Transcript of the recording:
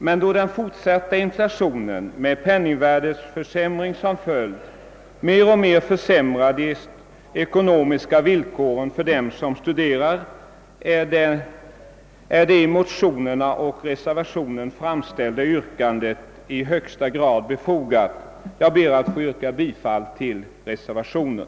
Men då den fortsatta inflationen med penningvärdeförsämring som följd mer och mer försämrar de ekonomiska villkoren för dem som studerar är det i motionerna och reservationen framställda yrkandet i högsta grad befogat. Jag ber att få yrka bifall till reservationen.